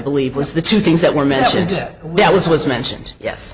believe was the two things that were mentioned that was was mentioned yes